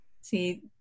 See